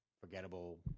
Forgettable